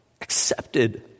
accepted